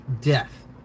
death